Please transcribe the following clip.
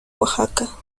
oaxaca